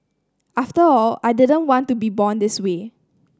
after all I didn't want to be born this way